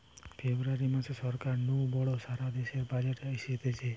ফেব্রুয়ারী মাসে সরকার নু বড় সারা দেশের বাজেট অসতিছে